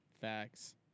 Facts